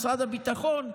משרד הביטחון,